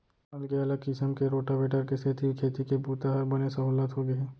अगले अलग किसम के रोटावेटर के सेती खेती के बूता हर बने सहोल्लत होगे हे